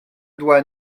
doit